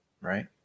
right